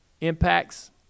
impacts